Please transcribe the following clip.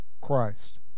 Christ